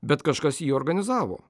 bet kažkas jį organizavo